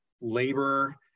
labor